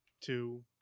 two